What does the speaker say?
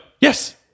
yes